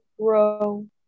grow